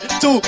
two